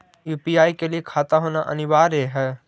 UPI के लिए खाता होना अनिवार्य है?